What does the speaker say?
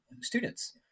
students